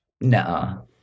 no